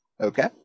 Okay